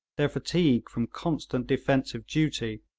their fatigue from constant defensive duty,